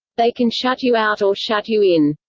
they can shut you out or shut you in.